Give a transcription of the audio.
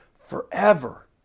forever